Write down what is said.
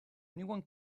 anyone